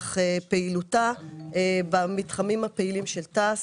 במהלך פעילותה במתחמים השונים של תע"ש.